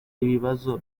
ibibazo